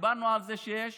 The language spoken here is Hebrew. דיברנו על זה שיש